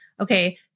Okay